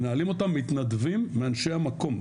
מנהלים אותם מתנדבים אנשי המקום,